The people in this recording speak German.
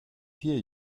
vier